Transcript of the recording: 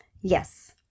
Yes